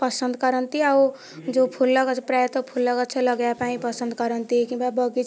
ପସନ୍ଦ କରନ୍ତି ଆଉ ଯୋଉ ଫୁଲ ପ୍ରାୟତଃ ଫୁଲଗଛ ଲଗାଇବାପାଇଁ ପସନ୍ଦ କରନ୍ତି କିମ୍ବା ବଗିଚାରେ